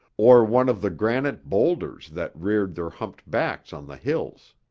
or one of the granite boulders that reared their humped backs on the hills.